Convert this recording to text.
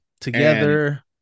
together